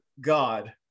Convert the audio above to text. god